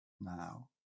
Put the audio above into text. now